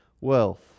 wealth